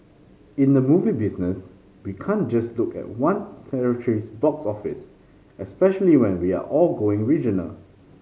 in the movie business we can't just look at one territory's box office especially when we are all going regional